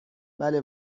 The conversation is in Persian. بلکه